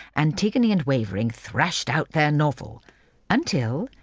antigone and wavering thrashed out their novel until,